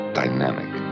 dynamic